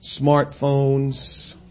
Smartphones